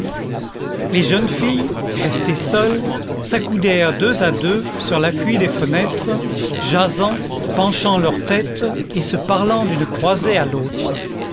les jeunes filles restées seules s'accoudèrent deux à deux sur l'appui des fenêtres jasant penchant leur tête et se parlant d'une croisée à l'autre